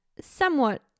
somewhat